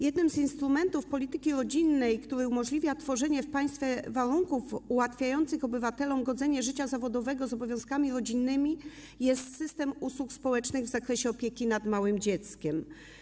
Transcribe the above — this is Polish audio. Jednym z instrumentów polityki rodzinnej, które umożliwiają tworzenie w państwie warunków ułatwiających obywatelom godzenie życia zawodowego z obowiązkami rodzinnymi, jest system usług społecznych w zakresie opieki nad małym dzieckiem.